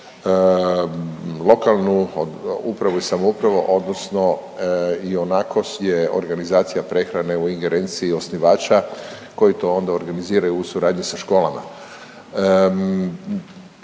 lokalnu upravu i samoupravu odnosno ionako je organizacija prehrane u ingerenciji osnivača koji to onda organiziraju u suradnji sa školama.